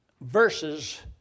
verses